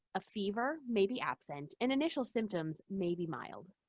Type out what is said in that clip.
a fever may be absent, and initial symptoms may be mild.